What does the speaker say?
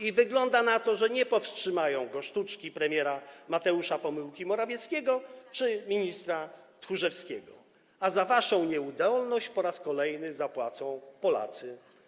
I wygląda na to, że nie powstrzymają go sztuczki premiera Mateusza pomyłki Morawieckiego czy ministra Tchórzewskiego, a za waszą nieudolność po raz kolejny zapłacą Polacy.